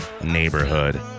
neighborhood